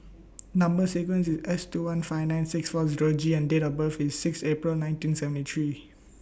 Number sequence IS S two one five nine six four Zero G and Date of birth IS six April nineteen seventy three